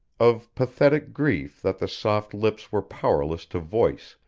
of pathetic grief that the soft lips were powerless to voice,